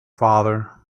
father